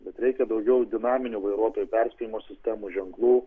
bet reikia daugiau dinaminių vairuotojo perspėjimo sistemų ženklų